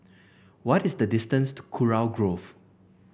what is the distance to Kurau Grove